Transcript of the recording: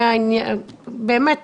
היום